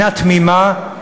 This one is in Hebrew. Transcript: הנה תמימה,